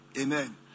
Amen